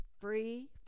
free